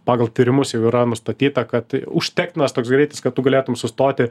pagal tyrimus jau yra nustatyta kad užtektinas toks greitis kad tu galėtum sustoti